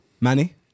Manny